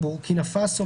בורקינה פאסו,